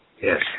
Yes